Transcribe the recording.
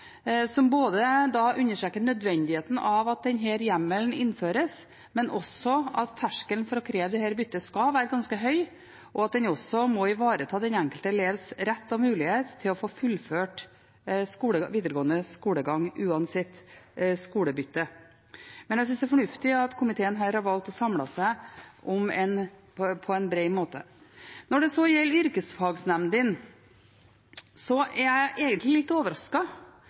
som både understreker nødvendigheten av at denne hjemmelen innføres, men også at terskelen for å kreve dette byttet skal være ganske høy, og at en også må ivareta den enkelte elevs rett og mulighet til å få fullført videregående skolegang uansett skolebytte. Jeg synes det er fornuftig at komiteen her har valgt å samle seg på en bred måte. Når det gjelder yrkesopplæringsnemndene, er jeg egentlig litt